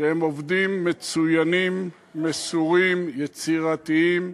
שהם עובדים מצוינים, מסורים, יצירתיים,